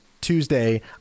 tuesday